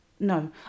No